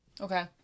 Okay